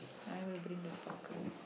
I will bring the sparkle